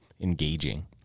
engaging